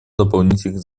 дополнительных